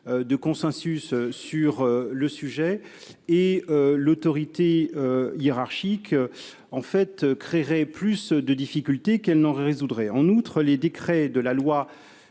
consensus sur le sujet. L'autorité hiérarchique créerait plus de difficultés qu'elle n'en résoudrait. En outre, les décrets de la loi